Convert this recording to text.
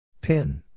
Pin